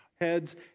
heads